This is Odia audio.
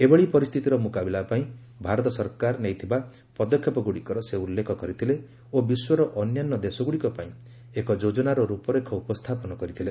ଏଭଳି ପରିସ୍ଥିତିର ମୁକାବିଲା ପାଇଁ ଭାରତ ସରକାର ନେଇଥିବା ପଦକ୍ଷେପଗୁଡ଼ିକର ସେ ଉଲ୍ଲେଖ କରିଥିଲେ ଓ ବିଶ୍ୱର ଅନ୍ୟାନ୍ୟ ଦେଶଗୁଡ଼ିକ ପାଇଁ ଏକ ଯୋଜନାର ରୂପରେଖ ଉପସ୍ଥାପନ କରିଥିଲେ